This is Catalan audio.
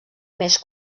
més